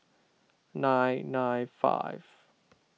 nine nine five